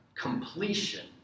completion